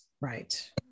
right